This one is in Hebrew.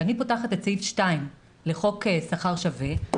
כשאני פותחת את סעיף 2 לחוק שכר שווה,